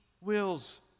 wills